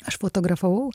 aš fotografavau